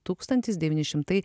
tūkstantis devyni šimtai